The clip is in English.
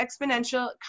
exponential